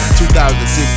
2006